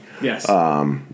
Yes